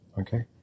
okay